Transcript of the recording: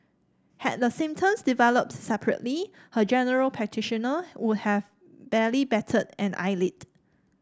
had the symptoms developed separately her general practitioner would have barely batted an eyelid